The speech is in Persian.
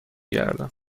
گردم